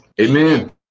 Amen